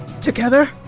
Together